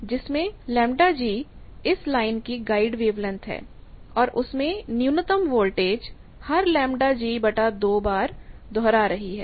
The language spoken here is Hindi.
जिसमें इस लाइन की गाइड वेवलेंथ है और उसमें न्यूनतम वोल्टेज हर बार दोहरा रही है